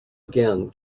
again